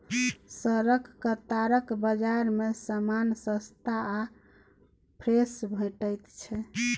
सड़क कातक बजार मे समान सस्ता आ फ्रेश भेटैत छै